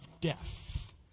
death